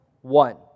one